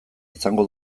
izango